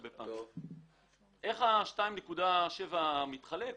איך ה-2.7 מתחלק?